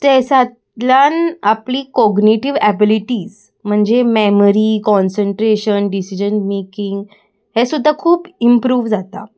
चॅसांतल्यान आपली cognitive abilities म्हणजे memory concentration decision making हे सुद्दां खूब इम्प्रूव जाता